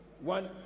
one